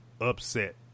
upset